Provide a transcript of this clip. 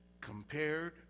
compared